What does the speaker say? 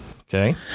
Okay